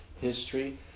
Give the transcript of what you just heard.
History